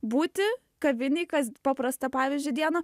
būti kavinėj kas paprasta pavyzdžiui dieną